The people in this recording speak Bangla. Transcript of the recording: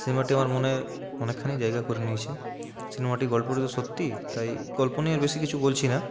সিনেমাটি আমার মনে অনেকখানি জায়গা করে নিয়েছে সিনেমাটির গল্পটি তো সত্যি তাই গল্প নিয়ে বেশি কিছু বলছি না